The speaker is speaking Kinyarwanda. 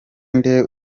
nde